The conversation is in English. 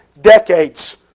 Decades